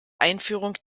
einführung